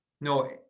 No